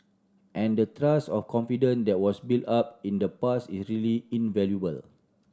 and the trust or confident that was built up in the past is really invaluable